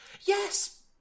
Yes